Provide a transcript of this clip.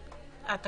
חברה.